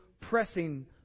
pressing